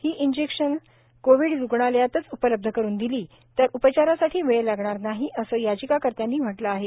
ही injection COVID रुग्णालयातच उपलब्ध करून दिली तर उपचारासाठी वेळ लागणार नाही असं याचिकाकर्त्यांनी म्हटलं आहे